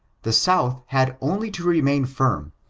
the south had only to remain firm,